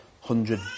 hundred